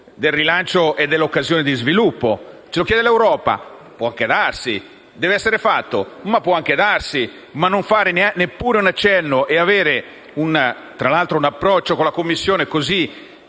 del rilancio e dell'occasione di sviluppo! Ce lo chiede l'Europa? Può anche darsi. Deve essere fatto? Può anche darsi, ma non fare neppure un accenno di altro tipo e avere questo approccio con la Commissione così